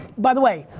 by the way,